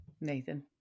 Nathan